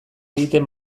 egitea